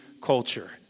culture